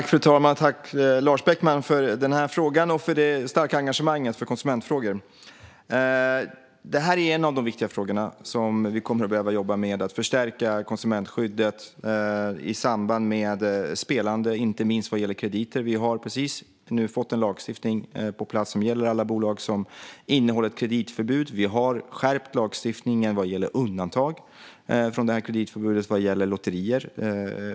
Fru talman! Tack, Lars Beckman, för frågan och för det starka engagemanget för konsumentfrågor! Detta är en av de viktiga frågor som vi kommer att behöva jobba med. Det handlar om att förstärka konsumentskyddet i samband med spelande, inte minst vad gäller krediter. Vi har precis fått en lagstiftning på plats som gäller alla bolag och den innehåller ett kreditförbud. Vi har skärpt lagstiftningen vad gäller undantag från kreditförbudet för lotterier.